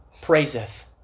praiseth